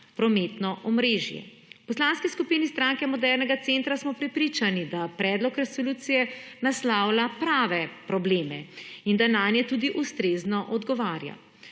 prometno omrežje. V Poslanski skupini Stranke modernega centra smo prepričani, da predlog resolucije naslavlja prave probleme in da nanje tudi ustrezno odgovarja